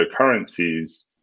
cryptocurrencies